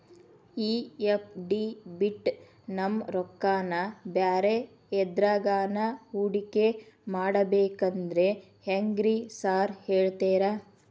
ಈ ಎಫ್.ಡಿ ಬಿಟ್ ನಮ್ ರೊಕ್ಕನಾ ಬ್ಯಾರೆ ಎದ್ರಾಗಾನ ಹೂಡಿಕೆ ಮಾಡಬೇಕಂದ್ರೆ ಹೆಂಗ್ರಿ ಸಾರ್ ಹೇಳ್ತೇರಾ?